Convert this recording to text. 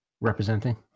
representing